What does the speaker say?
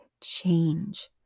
change